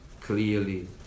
clearly